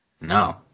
No